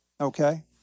okay